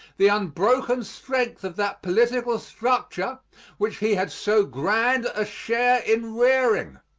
the unbroken strength of that political structure which he had so grand a share in rearing.